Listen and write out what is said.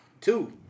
two